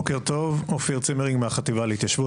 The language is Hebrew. בוקר טוב, אופיר צימרינג מהחטיבה להתיישבות.